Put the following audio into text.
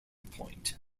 point